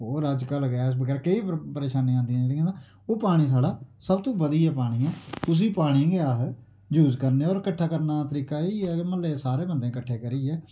होर अजकल गैस बगैरा केई परेशानियां आंदियां जेह्ड़ियां तां ओह् पानी साढ़ा सब तों बदियै पानी ऐ उसी पानी गी अस ज़ूज करने और कट्ठा करना तरीका इयै कि म्ह्ल्ले सारे बंदे कट्ठे करियै